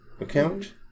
account